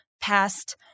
past